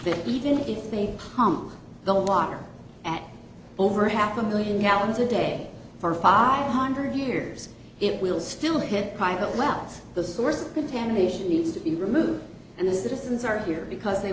that even if they pump the water at over half a million gallons a day for five hundred years it will still ahead private wells the source of contamination needs to be removed and the citizens are here because they